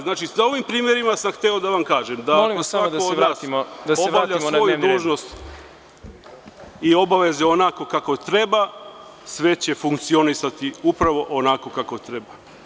Znači, na ovim primerima sam hteo da vam kažem da ako svako od nas obavlja svoju dužnost i obaveze onako kako treba, sve će funkcionisati upravo onako kako treba.